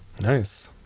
Nice